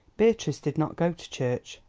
beatrice did not go to church.